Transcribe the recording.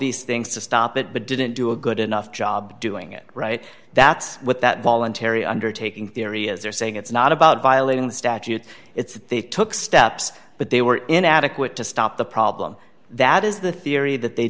these things to stop it but didn't do a good enough job doing it right that's what that voluntary undertaking theory is they're saying it's not about violating the statute it's that they took steps but they were inadequate to stop the problem that is the theory that they